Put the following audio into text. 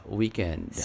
weekend